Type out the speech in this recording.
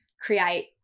create